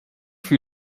für